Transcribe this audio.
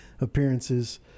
appearances